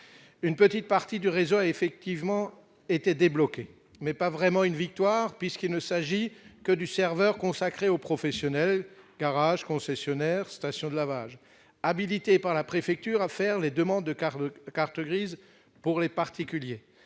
une petite partie du réseau a effectivement été débloqués, mais pas vraiment une victoire puisqu'il ne s'agit que du serveur consacré aux professionnels garages concessionnaires station de lavage habilitées par la préfecture à faire les demandes car de carte grise pour les particuliers